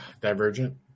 Divergent